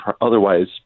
otherwise